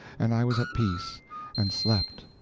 and i was at peace and slept.